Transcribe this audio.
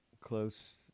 close